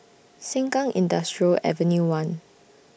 Sengkang Industrial Avenue one